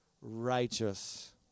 righteous